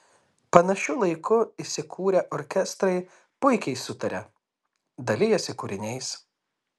panašiu laiku įsikūrę orkestrai puikiai sutaria dalijasi kūriniais